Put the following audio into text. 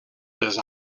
les